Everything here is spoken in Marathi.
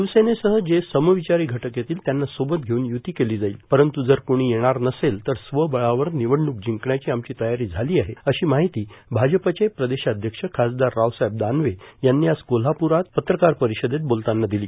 शिवसेनेसह जे समविचारी घटक येतील त्यांना सोबत घेऊन यु्ती केली जाईल परंतू जर कोणी येणार नसेल तर स्वबळावर निवडणूक जिंकण्याची आमची तयारी झाली आहे अशी माहिती भाजपचे प्रदेशाध्यक्ष खासदार रावसाहेब दानवे यांनी आज कोल्हाप्रात पत्रकार परिषदेत बोलताना दिली